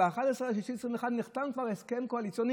ב-11 ביוני 2021 נחתם כבר הסכם קואליציוני